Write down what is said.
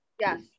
Yes